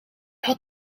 had